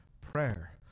prayer